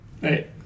Hey